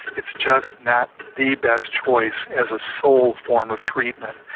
it's just not the best choice as a sole form of treatment.